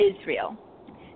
Israel